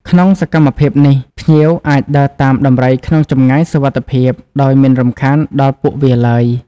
ក្នុងសកម្មភាពនេះ ភ្ញៀវអាចដើរតាមដំរីក្នុងចម្ងាយសុវត្ថិភាព ដោយមិនរំខានដល់ពួកវាឡើយ។